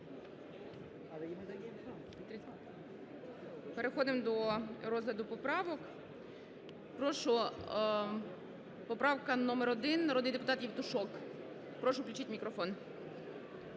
Переходимо до розгляду поправок. Прошу, поправка номер один, народний депутат Євтушок. Прошу, включіть мікрофон.